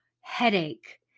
headache